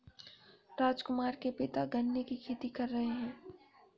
राजकुमार के पिता गन्ने की खेती कर रहे हैं